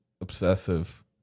obsessive